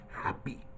happy